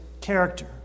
character